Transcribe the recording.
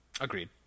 Agreed